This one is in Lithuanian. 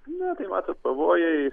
ne tai matot pavojai